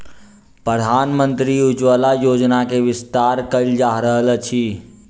प्रधानमंत्री उज्ज्वला योजना के विस्तार कयल जा रहल अछि